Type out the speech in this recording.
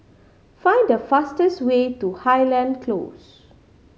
find the fastest way to Highland Close